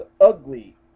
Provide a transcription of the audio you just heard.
ugly